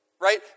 Right